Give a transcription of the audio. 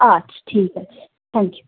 আচ্ছা ঠিক আছে থ্যাঙ্ক ইউ